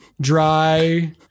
dry